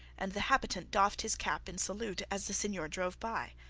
and the habitant doffed his cap in salute as the seigneur drove by.